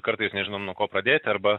kartais nežinom nuo ko pradėti arba